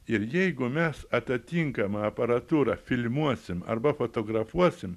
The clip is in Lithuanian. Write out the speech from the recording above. ir jeigu mes atatinkama aparatūra filmuosim arba fotografuosim